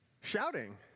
shouting